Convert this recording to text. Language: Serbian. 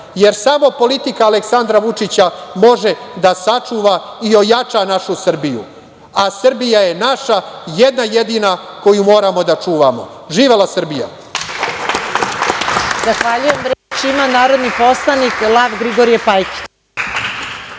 jer samo politika Aleksandra Vučića može da sačuva i ojača našu Srbiju, a Srbija je naša jedna, jedina koju moramo da čuvamo. Živela Srbija. **Marija Jevđić** Zahvaljujem. Reč ima narodni poslanik Lav Grigorije Pajkić.